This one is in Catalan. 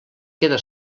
queda